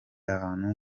ahantu